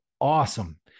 awesome